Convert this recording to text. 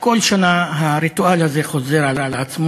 כל שנה הריטואל הזה של התקציב חוזר על עצמו,